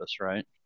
right